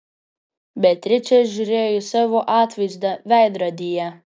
beatričė žiūrėjo į savo atvaizdą veidrodyje